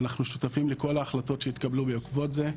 אנחנו שותפים לכל ההחלטות שהתקבלו בעקבות זה,